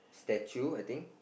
statue I think